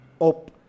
up